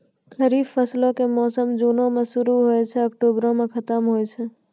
खरीफ फसलो के मौसम जूनो मे शुरु होय के अक्टुबरो मे खतम होय छै